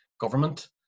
government